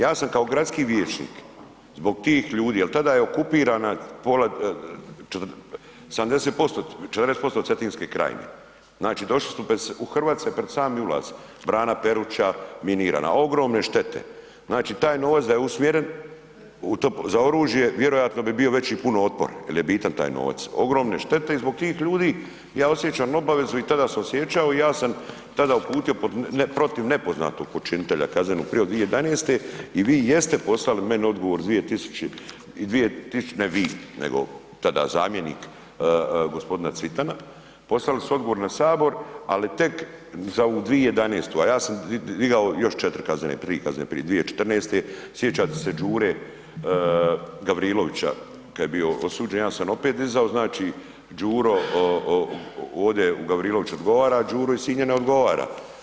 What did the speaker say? Ja sam kao gradski vijećnik zbog tih ljudi jel tada je okupirana 40% Cetinske krajine, znači došli su bez u Hrvace pred sami ulaz, brana Peruča minirana, ogromne štete, znači taj novac da je usmjeren za oružje vjerojatno bi bio veći puno otpor jel je bitan taj novac, ogromne štete i zbog tih ljudi ja osjećam obavezu i tada sam osjećao ja sam tada uputio protiv nepoznatog počinitelja kaznenu prijavu 2011. i vi jeste poslali meni odgovor, ne vi nego tada zamjenik g. Cvitana, poslali su odgovor na sabor, ali tek za ovu 2011., a ja sam digao još 4 kaznene prijave, 2014., sjećate se Đure Gavrilovića kad je bio osuđen, ja san opet dizao, znači Đuro ovdje u Gavriloviću odgovara, Đuro iz Sinja ne odgovara.